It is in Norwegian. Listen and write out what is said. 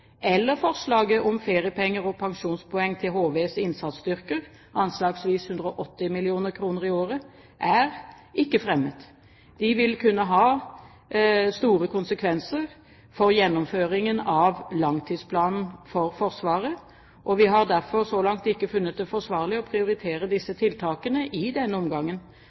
eller forslaget om feriepenger og pensjonspoeng til HVs innsatsstyrker – anslagsvis 180 mill. kr i året – er ikke fremmet. De vil kunne ha store konsekvenser for gjennomføringen av langtidsplanen for Forsvaret, og vi har derfor så langt ikke funnet det forsvarlig å prioritere disse tiltakene i denne omgangen.